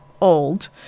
old